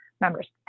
members